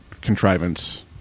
contrivance